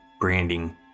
branding